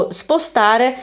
spostare